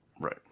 right